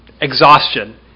exhaustion